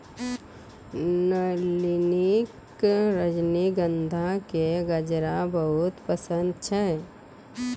नलिनी कॅ रजनीगंधा के गजरा बहुत पसंद छै